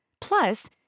Plus